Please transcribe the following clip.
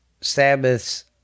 sabbaths